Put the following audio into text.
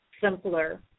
simpler